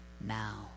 now